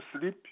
sleep